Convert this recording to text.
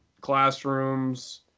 classrooms